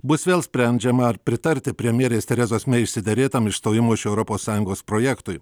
bus vėl sprendžiama ar pritarti premjerės terezos mei išsiderėtam išstojimo iš europos sąjungos projektui